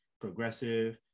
progressive